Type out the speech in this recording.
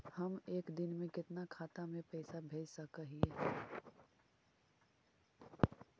हम एक दिन में कितना खाता में पैसा भेज सक हिय?